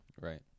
Right